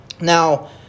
Now